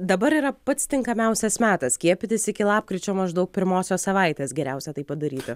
dabar yra pats tinkamiausias metas skiepytis iki lapkričio maždaug pirmosios savaitės geriausia tai padaryti